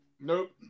nope